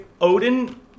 Odin